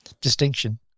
distinction